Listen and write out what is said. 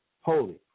holy